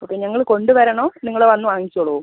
okay ഞങ്ങൾ കൊണ്ടു വരണോ നിങ്ങൾ വന്ന് വാങ്ങിച്ചോളുമോ